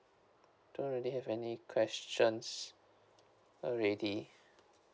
don't really have any questions already